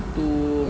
to